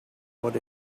what